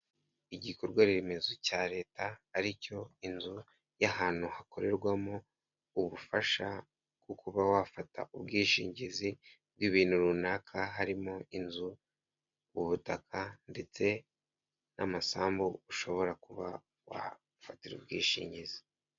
Igikorwa remezo cya Leta ari cyo inzu y'ahantu hakorerwamo ubufasha bwo kuba wafata ubwishingizi bw'ibintu runaka harimo inzu, ubutaka ndetse n'amasambu ushobora kuba wafatira ubwishingizi.